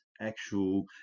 actual